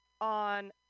on –